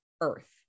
earth